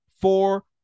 four